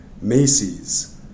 Macy's